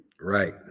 right